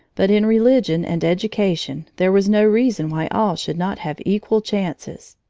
but in religion and education there was no reason why all should not have equal chances.